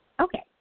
Okay